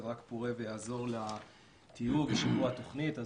רק פורה ויעזור לטיוב ושיפור התוכנית.